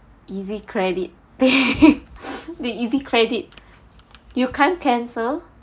EasiCredit the EasiCredit you can't cancel